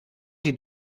die